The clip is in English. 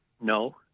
no